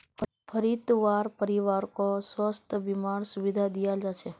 फ्रीत वहार परिवारकों स्वास्थ बीमार सुविधा दियाल जाछेक